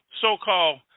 so-called